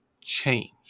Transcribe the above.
change